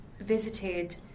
visited